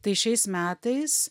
tai šiais metais